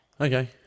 Okay